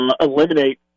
eliminate